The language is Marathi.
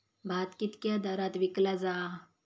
भात कित्क्या दरात विकला जा?